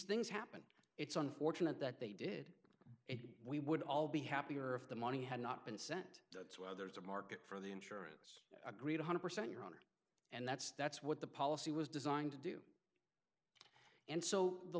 things happen it's unfortunate that they did it we would all be happier if the money had not been sent there's a market for the insurance agree one hundred percent your honor and that's that's what the policy was designed to do and so the